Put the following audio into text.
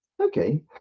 okay